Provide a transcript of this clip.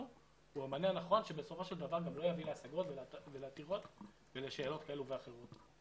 הוא המענה הנכון שבסופו של דבר לא יביא לעתירות ולשאלות כאלה ואחרות.